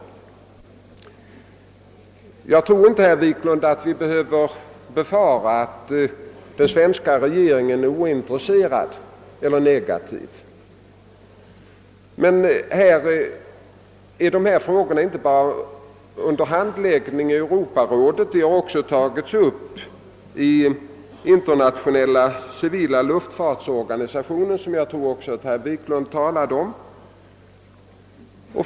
Jag tror inte, herr Wiklund, att vi behöver befara att den svenska regeringen skall ställa sig ointresserad eller negativ till åtgärder mot flygbullret. Men dessa problem handlägges för närvarande inte bara i Europarådet, utan de har också tagits upp i Internationella civila luftfartsorganisationen, såsom herr Wiklund även talade om.